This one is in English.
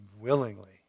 willingly